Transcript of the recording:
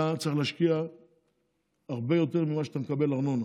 אתה צריך להשקיע הרבה יותר ממה שאתה מקבל בארנונה.